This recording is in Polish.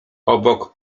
obok